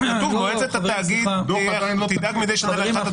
כתוב: מועצת התאגיד תדאג מדי שנה לעריכת --- חברים,